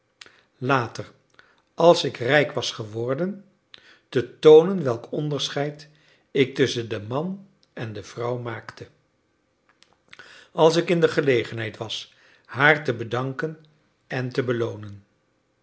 later als ik rijk was geworden te toonen welk onderscheid ik tusschen den man en de vrouw maakte als ik in de gelegenheid was haar te bedanken en te beloonen